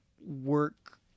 work